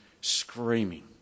screaming